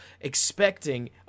expecting